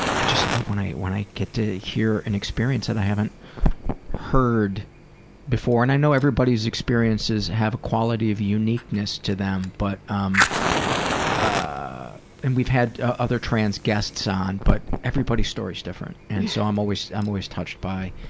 i just love when i when i get to hear an experience that i haven't heard before and i know everybody's experiences have a quality of uniqueness to them, but, um ah and we've had other trans guests on, but everybody's stories different and so um i'm always touched by